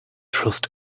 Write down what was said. trust